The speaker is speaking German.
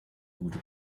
gute